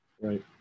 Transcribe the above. right